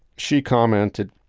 she commented,